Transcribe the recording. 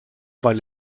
weil